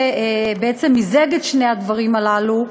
שבעצם מיזג את שני הדברים הללו,